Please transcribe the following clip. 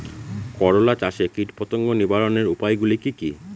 করলা চাষে কীটপতঙ্গ নিবারণের উপায়গুলি কি কী?